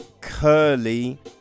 Curly